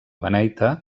beneita